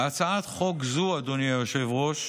בהצעת חוק זו, אדוני היושב-ראש,